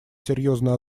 серьезную